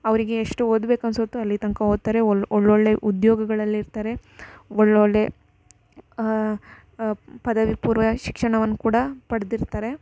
ಅವರಿಗೆ ಎಷ್ಟು ಓದಬೇಕನ್ಸುತ್ತೋ ಅಲ್ಲಿ ತನಕ ಓದ್ತಾರೆ ಒಳ್ ಒಳ್ಳೊಳ್ಳೆ ಉದ್ಯೋಗಗಳಲ್ಲಿರ್ತಾರೆ ಒಳ್ಳೊಳ್ಳೆ ಪದವಿ ಪೂರ್ವ ಶಿಕ್ಷಣವನ್ನು ಕೂಡ ಪಡೆದಿರ್ತಾರೆ